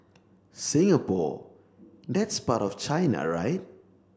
Singapore that's part of China right